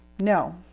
no